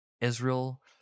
Israel